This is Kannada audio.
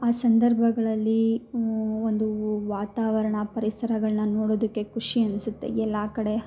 ಆ ಸಂದರ್ಭಗಳಲ್ಲಿ ಒಂದು ವಾತಾವರಣ ಪರಿಸರಗಳನ್ನ ನೋಡೋದಕ್ಕೆ ಖುಷಿ ಅನ್ನಿಸುತ್ತೆ ಎಲ್ಲ ಕಡೆ